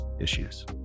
issues